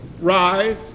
rise